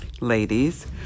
ladies